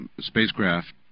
spacecraft